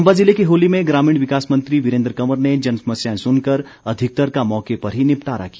चम्बा जिले के होली में ग्रामीण विकास मंत्री वीरेन्द्र कंवर ने जन समस्याएं सुनकर अधिकतर का मौके पर ही निपटारा किया